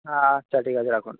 আচ্ছা ঠিক আছে রাখুন